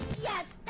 yet?